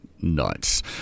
nuts